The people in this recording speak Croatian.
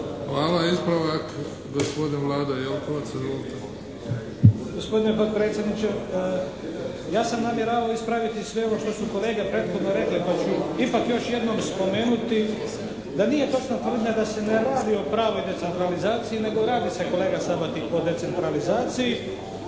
Izvolite. **Jelkovac, Vlado (HDZ)** Gospodine potpredsjedniče ja sam namjeravao ispraviti sve ovo što su kolege prethodno rekle pa ću ipak još jednom spomenuti da nije točna tvrdnja da se ne radi o pravoj decentralizaciji nego radi se kolega Sabati o decentralizaciji.